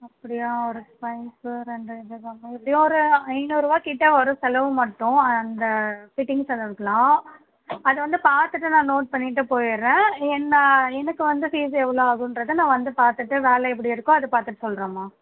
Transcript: அப்படியா ஒரு பைப்பு ரெண்டு இது வாங்கினா எப்டியும் ஒரு ஐநூறுவாக்கிட்ட வரும் செலவு மட்டும் அந்த ஃபிட்டிங் செலவுக்குலாம் அதை வந்து பார்த்துட்டு நான் நோட் பண்ணிவிட்டு போயிடுறேன் என்ன எனக்கு வந்து ஃபீஸ் எவ்வளோ ஆகுன்றதை நான் வந்து பார்த்துட்டு வேலை எப்படி இருக்கோ அது பார்த்துட்டு சொல்லுறம்மா